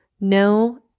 no